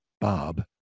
Bob